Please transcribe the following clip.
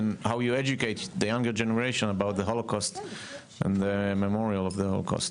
כיצד אתם מחנכים את הדור הצעיר בכל הנוגע לשואה ולזיכרון השואה.